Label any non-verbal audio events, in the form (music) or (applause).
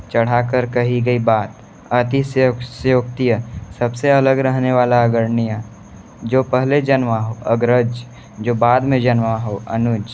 चढ़ा कर कही गई बात अतिसयो अतिसयोक्तिय सब से अलग रहने वाला (unintelligible) जो पहले जन्मा हो अग्रज जो बाद में जन्मा हो अनुज